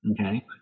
okay